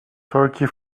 turkey